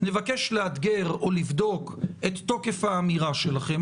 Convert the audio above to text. נבקש לאתגר או לבדוק את תוקף האמירה שלכם.